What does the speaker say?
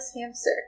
Hamster